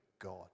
God